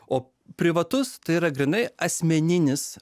o privatus tai yra grynai asmeninis